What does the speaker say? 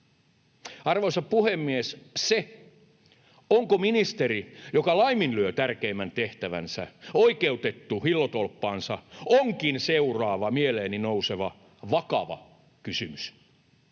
Arvoisa puhemies! Se, onko ministeri, joka laiminlyö tärkeimmän tehtävänsä, oikeutettu hillotolppaansa, onkin seuraava mieleeni nouseva vakava kysymys.